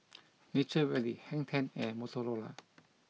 Nature Valley Hang Ten and Motorola